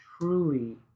truly